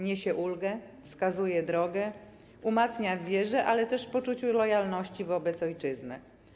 Niesie ulgę, wskazuje drogę, umacnia w wierze, ale też w poczuciu lojalności wobec ojczyzny.